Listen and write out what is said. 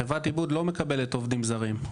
חברת עיבוד לא מקבלת עובדים זרים.